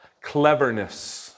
Cleverness